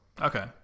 Okay